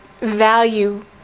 value